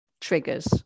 triggers